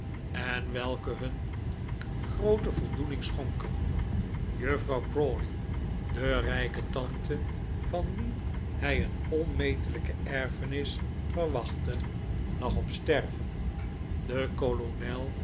en welke hun groote voldoening schonken juffrouw crawley de rijke tante van wie hij zijn onmetelijke erfenis verwachtte lag op sterven de kolonel